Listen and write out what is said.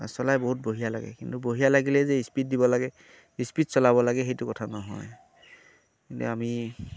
চলাই বহুত বঢ়িয়া লাগে কিন্তু বঢ়িয়া লাগিলে যে স্পীড দিব লাগে স্পীড চলাব লাগে সেইটো কথা নহয় এনে আমি